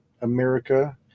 America